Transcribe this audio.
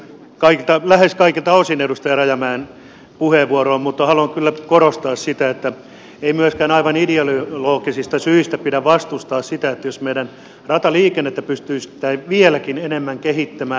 yhdyn lähes kaikilta osin edustaja rajamäen puheenvuoroon mutta haluan kyllä korostaa sitä että ei myöskään aivan ideologisista syistä pidä vastustaa sitä jos meidän rataliikennettämme pystyisi vieläkin enemmän kehittämään